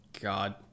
God